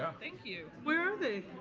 thank you. where are they?